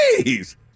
Please